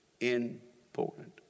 important